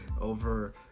over